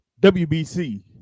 wbc